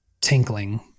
tinkling